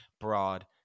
broad